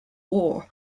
war